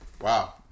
Wow